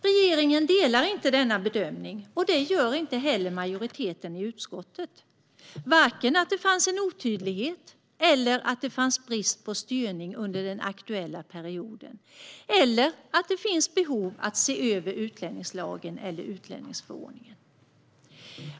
Regeringen delar inte denna bedömning, och det gör inte heller majoriteten i utskottet, varken att det fanns en otydlighet, brist på styrning under den aktuella perioden eller att det finns behov av att se över utlänningslagen eller utlänningsförordningen.